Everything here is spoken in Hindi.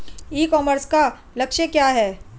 ई कॉमर्स का लक्ष्य क्या है?